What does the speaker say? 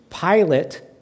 Pilate